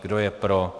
Kdo je pro?